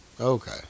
Okay